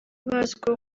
bazwiho